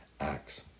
Acts